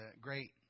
great